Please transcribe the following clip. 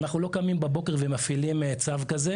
אנחנו לא קמים בבוקר ומפעילים צו כזה.